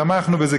תמכנו בזה,